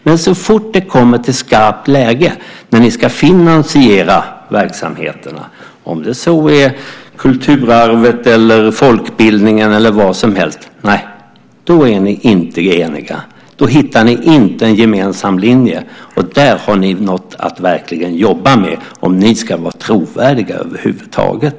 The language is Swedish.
Men så fort det kommer till skarpt läge, när ni ska finansiera verksamheterna, om det så är kulturarvet, folkbildningen eller vad som helst, då är ni inte eniga. Då hittar ni inte en gemensam linje. Där har ni något att verkligen jobba med om ni ska vara trovärdiga över huvud taget.